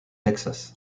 texas